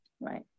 Right